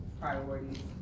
priorities